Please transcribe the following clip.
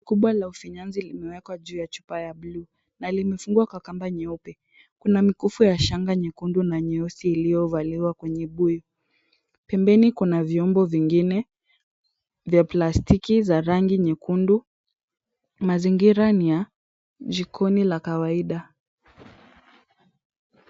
Kubwa la ufinyanzi limewekwa juu ya chupa la bluu na limefungwa kwa kamba nyeupe. Kuna mikufu ya shanga nyekundu na nyeusi iliyovaliwa kwenye buyu. Pembeni kuna vyombo vingine vya plastiki za rangi nyekundu. Mazingira ni ya jikoni la kawaida.